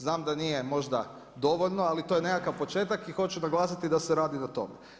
Znam da nije možda dovoljno, ali to je nekakav početak i hoću naglasiti da se radi na tome.